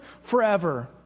forever